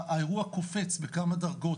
והאירוע קופץ בכמה דרגות,